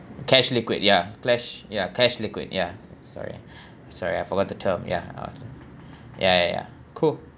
cash liquid ya clash ya cash liquid ya sorry sorry I forgot the term yeah uh ya ya ya cool